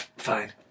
fine